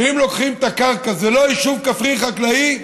שאם לוקחים את הקרקע, זה לא יישוב כפרי חקלאי.